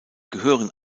gehören